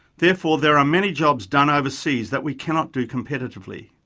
therefore, there are many jobs done overseas that we cannot do competitively.